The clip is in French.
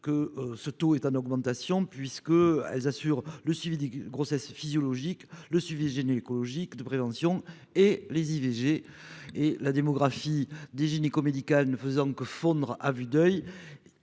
que ce taux est en augmentation : assurant le suivi des grossesses physiologiques, le suivi gynécologique de prévention et les IVG alors que la démographie gynéco-médicale ne fait que fondre à vue d'oeil,